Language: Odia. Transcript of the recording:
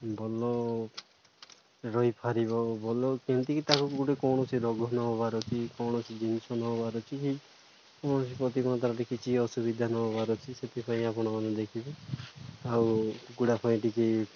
ଭଲ ରହିପାରିବ ଭଲ କେମିତିକି ତାକୁ ଗୋଟେ କୌଣସି ରୋଗ ନ ହେବାର ଅଛି କୌଣସି ଜିନିଷ ନେବାର ଅଛି କୌଣସି ପ୍ରତିକମ ତାରଟ କିଛି ଅସୁବିଧା ନେବାର ଅଛି ସେଥିପାଇଁ ଆପଣମାନେ ଦେଖିବେ ଆଉ ଗୁଡ଼ା ପାଇଁ ଟିକେ